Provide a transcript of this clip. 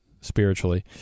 spiritually